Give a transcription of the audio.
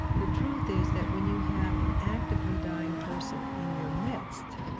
the truth is that when you have an actively dying person in your midst,